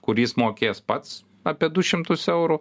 kur jis mokės pats apie du šimtus eurų